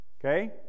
Okay